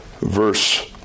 Verse